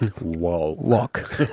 Walk